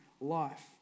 life